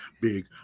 Big